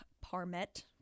Parmet